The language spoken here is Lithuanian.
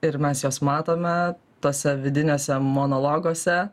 ir mes juos matome tuose vidiniuose monologuose